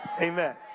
Amen